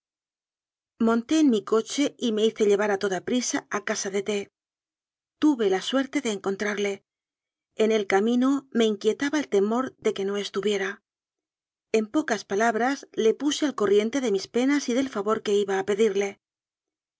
monté en m coche y me hice llevar a toda prisa a casa de t tuve la suerte de encontrarle en el ca mino me inquietaba el temor de que no estuviera en pocas palabras le puse al corriente de mis pe nas y del favor que iba a pedirle